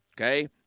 okay